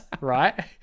right